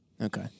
Okay